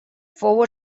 fou